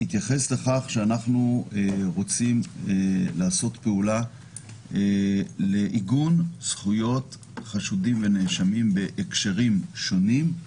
אנחנו רוצים לעשות פעולה לעיגון זכויות חשודים ונאשמים בהקשרים שונים.